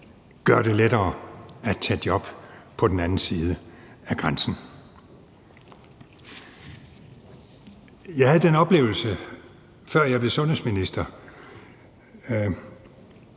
gøre det lettere at tage job på den anden side af grænsen. Jeg havde en oplevelse, før jeg blev sundhedsminister,